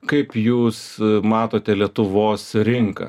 kaip jūs matote lietuvos rinką